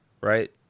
right